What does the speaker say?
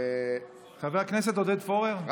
חבר הכנסת עודד פורר.